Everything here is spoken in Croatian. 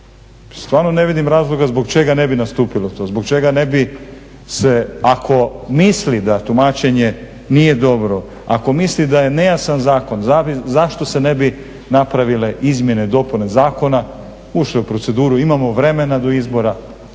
stvarno ne vidim razloga zbog čega ne bi nastupilo to, zbog čega ne bi se ako misli da tumačenje nije dobro, ako misli da je nejasan zakon zašto se ne bi napravile izmjene i dopune zakona, ušli u proceduru. Imamo vremena do izbora